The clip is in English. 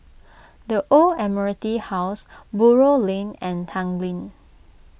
the Old Admiralty House Buroh Lane and Tanglin